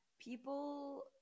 people